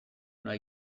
nahi